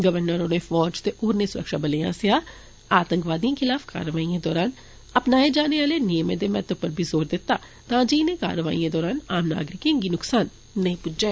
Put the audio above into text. governor होरें फौज ते होरने सुरक्षाबलें आसेया आतंकवादियें खलाफ कारवाइयें दरान अपनाए जाने आले नियमें दे महत्वै पर बी जोर दिता तां जे इनें कारवाइयें दौरान आम नागरिकें गी नुक्सान नेई पुज्जै